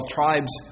tribes